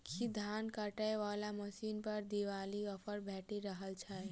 की धान काटय वला मशीन पर दिवाली ऑफर भेटि रहल छै?